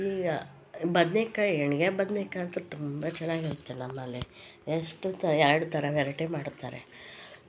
ಈ ಬದ್ನೇಕಾಯಿ ಎಣ್ಗಾಯಿ ಬದ್ನೇಕಾಯಿ ಅಂತ್ರೂ ತುಂಬ ಚೆನ್ನಾಗಿರುತ್ತೆ ನಮ್ಮಲ್ಲಿ ಎಷ್ಟು ತ ಎರಡು ಥರ ವೆರೈಟಿ ಮಾಡ್ತಾರೆ